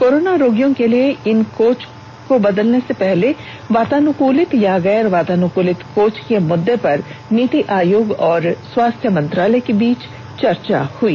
corona रोगियों के लिए इन कोच को बदलने से पहले वातानुकूलित या गैर वातानुकूलित कोच के मुद्दे पर नीति आयोग और स्वास्थ्य मंत्रालय के बीच चर्चा हुई